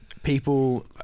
People